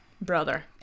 Brother